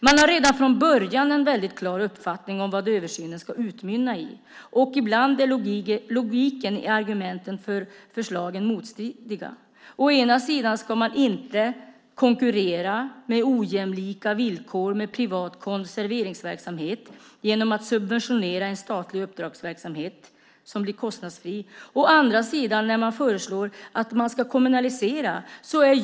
Man har redan från början en väldigt klar uppfattning om vad översynen ska utmynna i, och ibland är logiken i argumenten för förslagen motstridig. Å ena sidan ska man inte konkurrera på ojämlika villkor med privat konserveringsverksamhet genom att subventionera en statlig uppdragsverksamhet som blir kostnadsfri. Å andra sidan föreslår man en kommunalisering.